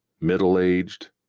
middle-aged